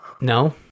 No